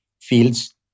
fields